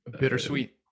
bittersweet